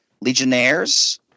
Legionnaires